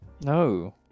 No